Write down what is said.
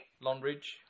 Longridge